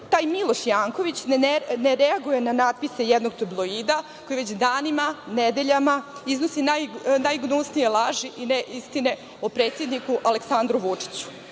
Taj Miloš Janković ne reaguje na natpise jednog tabloida koji već danima, nedeljama iznosi najgnusnije laži i neistine o predsedniku Aleksandru Vučiću.Zašto